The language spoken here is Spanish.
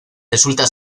resulta